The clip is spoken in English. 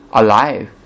alive